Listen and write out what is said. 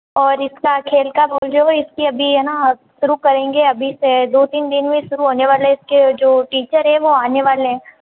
और इसका खेल का बोल रहे हो वो इसकी अभी है ना शुरू करेंगे अभी से दो तीन दिन में शुरू होने वाला है इसके जो टीचर हैं वो आने वाले हैं